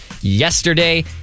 yesterday